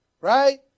right